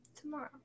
tomorrow